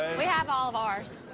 we have all of ours.